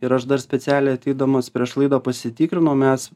ir aš dar specialiai ateidamas prieš laidą pasitikrinau mes